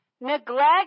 Neglect